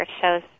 shows